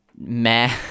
meh